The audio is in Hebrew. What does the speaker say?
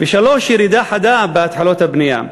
3. ירידה חדה בהתחלות הבנייה.